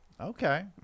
Okay